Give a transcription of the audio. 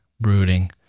brooding